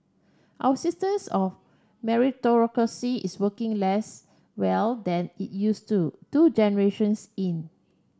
our systems of meritocracy is working less well than it used to two generations in